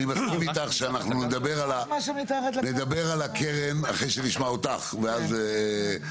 אני מסכים איתך שנדבר על הקרן אחרי שנשמע אותך כי שם,